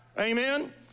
Amen